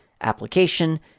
application